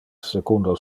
secundo